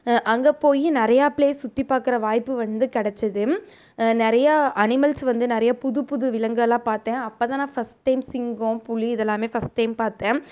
அங்கே போய் நிறையா ப்ளேஸ் சுற்றி பார்க்குற வாய்ப்பு வந்து கிடச்சது நிறையா அனிமல்ஸ் வந்து நிறையா புது புது விலங்குகள பார்த்தேன் அப்போ தான் நான் ஃபஸ்ட் டைம் சிங்கம் புலி இதெல்லாமே ஃபஸ்ட் டைம் பார்த்தேன்